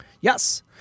Yes